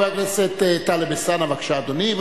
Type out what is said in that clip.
חבר הכנסת טלב אלסאנע, בבקשה, אדוני.